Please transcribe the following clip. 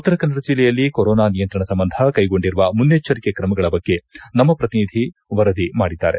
ಉತ್ತರ ಕನ್ನಡ ಜಿಲ್ಲೆಯಲ್ಲಿ ಕೊರೊನಾ ನಿಯಂತ್ರಣ ಸಂಬಂಧ ಕೈಗೊಂಡಿರುವ ಮುನ್ನೆಜ್ಜರಿಕೆ ತ್ರಮಗಳ ಬಗ್ಗೆ ನಮ್ಮ ಪ್ರತನಿಧಿ ವರದಿ ಮಾಡಿದ್ದಾರೆ